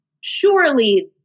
surely